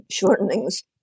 shortenings